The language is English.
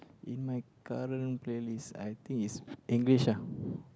in my current playlist I think is English ah